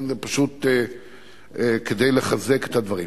זה פשוט כדי לחזק את הדברים.